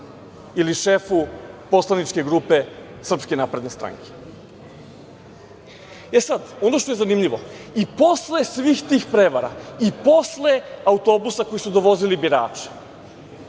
ili šefu poslaničke grupe Srpske napredne stranke. Ono što je zanimljivo, i posle svih tih prevara, i posle autobusa koji su dovozili birače,